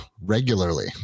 regularly